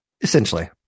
Essentially